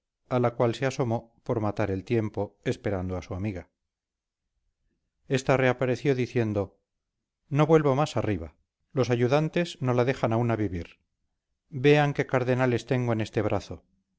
a la cual se asomó por matar el tiempo esperando a su amiga esta reapareció diciendo no vuelvo más arriba los ayudantes no la dejan a una vivir vean qué cardenales tengo en este brazo